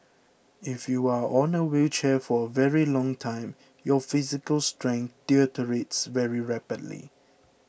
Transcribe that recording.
if you are on a wheelchair for a very long time your physical strength deteriorates very rapidly